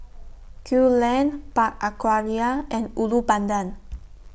Kew Lane Park Aquaria and Ulu Pandan